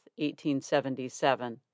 1877